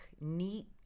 neat